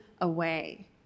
away